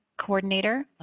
coordinator